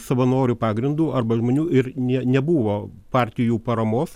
savanorių pagrindu arba žmonių ir nė nebuvo partijų paramos